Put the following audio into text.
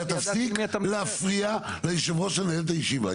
אתה תפסיק להפריע ליושב הראש שמנהל את הישיבה.